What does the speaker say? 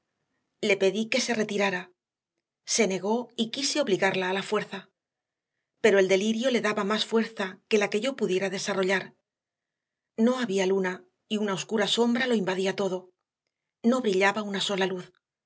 le pedí que se retirara se negó y quise obligarla a la fuerza pero el delirio le daba más fuerza que la que yo pudiera desarrollar no había luna y una oscura sombra lo invadía todo no brillaba una sola luz